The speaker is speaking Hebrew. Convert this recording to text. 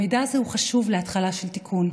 המידע הזה הוא חשוב להתחלה של תיקון.